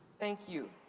thank you.